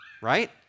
right